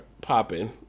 popping